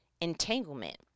entanglement